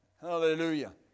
Hallelujah